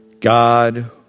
God